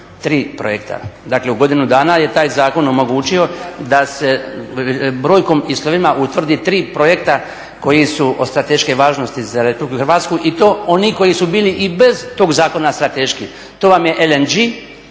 Tri projekta. Dakle, u godinu dana je taj zakon omogućio da se brojkom i slovima utvrdi tri projekta koji su od strateške važnosti za RH i to oni koji su bili i bez tog zakona strateški. To vam je LNG,